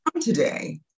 today